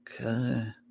okay